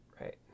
Right